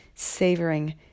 savoring